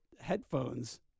headphones